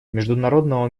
международного